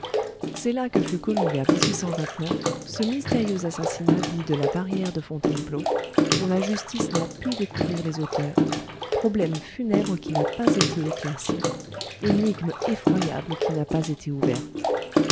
c'est là que fut commis vers ce mystérieux assassinat dit de la barrière de fontainebleau dont la justice n'a pu découvrir les auteurs problème funèbre qui n'a pas été éclairci énigme effroyable qui n'a pas été ouverte